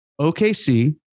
OKC